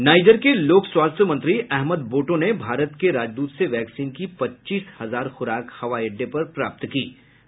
niger के लोक स्वास्थ्य मंत्री अहमद बोटो ने भारत के राजदूत से वैक्सीन की पच्चीस हजार ख्राक हवाई अड्डे पर प्राप्त कीं